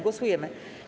Głosujemy.